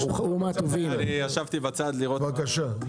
בבקשה.